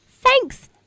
thanks